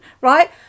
...right